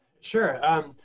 Sure